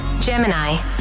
Gemini